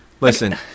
listen